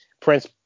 Prince